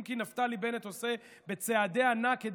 אם כי נפתלי בנט עושה בצעדי ענק את